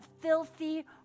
filthy